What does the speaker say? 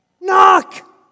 Knock